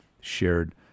shared